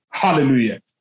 Hallelujah